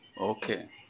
Okay